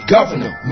Governor